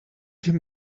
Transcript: him